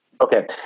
Okay